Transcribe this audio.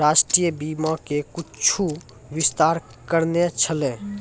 राष्ट्रीय बीमा मे कुछु विस्तार करने छलै